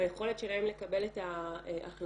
ביכולת שלהן לקבל את ההחלטה.